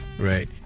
Right